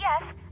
Yes